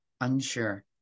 Unsure